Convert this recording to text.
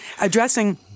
Addressing